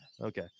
okay